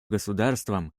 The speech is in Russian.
государством